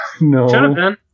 no